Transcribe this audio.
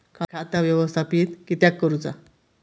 खाता व्यवस्थापित किद्यक करुचा?